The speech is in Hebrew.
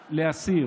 הזמן שיש לאסיר